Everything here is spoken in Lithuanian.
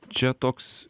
čia toks